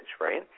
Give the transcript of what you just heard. right